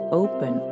open